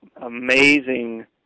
amazing